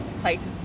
places